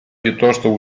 piuttosto